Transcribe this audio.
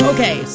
Okay